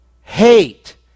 hate